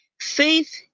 faith